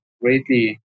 greatly